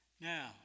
Now